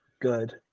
good